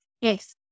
yes